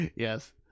Yes